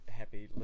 happy